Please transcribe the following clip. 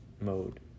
mode